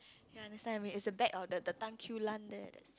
do you understand me it's the back of the the Tan-Quee-Lan there leh